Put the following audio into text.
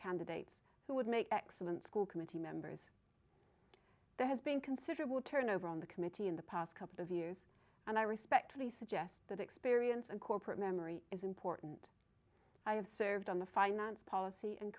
candidates who would make excellent school committee members there has been considerable turnover on the committee in the past couple of years and i respectfully suggest that experience and corporate memory is important i have served on the finance policy and